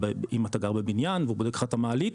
אם אתה גר בבניין והוא בודק לך את המעלית,